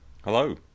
Hello